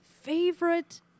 favorite